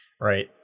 right